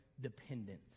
dependence